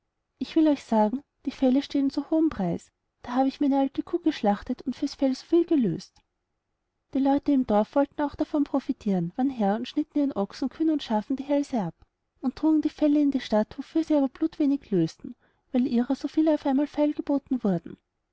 ich will euch sagen die felle stehen in so hohem preis da hab ich meine alte kuh geschlachtet und fürs fell so viel gelöst die leute im dorf wollten auch davon profitiren waren her und schnitten allen ihren ochsen kühen und schafen die hälse ab und trugen die felle in die stadt wofür sie aber blutwenig lösten weil ihrer so viel auf einmal feilgeboten wurden